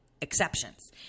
exceptions